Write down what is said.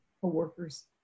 co-workers